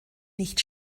nicht